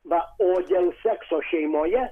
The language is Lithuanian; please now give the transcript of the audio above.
na o dėl sekso šeimoje